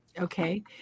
Okay